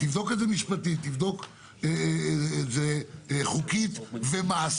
תבדוק את זה משפטית, תבדוק את זה חוקית ומעשית.